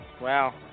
Wow